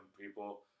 people